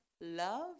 love